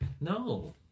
no